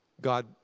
God